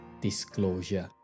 disclosure